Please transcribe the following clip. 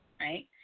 right